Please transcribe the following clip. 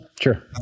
Sure